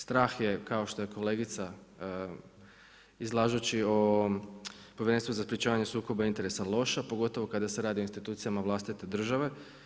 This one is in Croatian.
Strah je kao što je kolegica izlažući o Povjerenstvu za sprječavanje sukoba interesa loše, a pogotovo kada se radi o institucijama vlastite države.